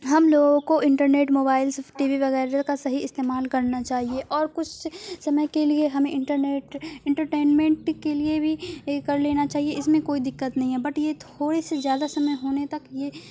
ہم لوگوں کو انٹرنیٹ موبائلس ٹی وی وغیرہ کا صحیح استعمال کرنا چاہیے اور کچھ سمے کے لیے ہمیں انٹرنیٹ انٹرٹینمنٹ کے لیے بھی کر لینا چاہیے اس میں کوئی دقت نہیں ہے بٹ یہ تھوڑے سے زیادہ سمے ہونے تک یہ